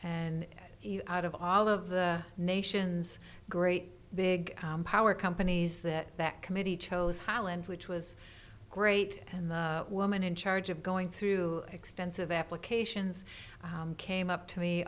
and out of all of the nation's great big power companies that the committee chose highland which was great and the woman in charge of going through extensive applications came up to me